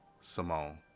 Simone